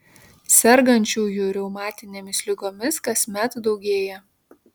sergančiųjų reumatinėmis ligomis kasmet daugėja